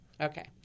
Okay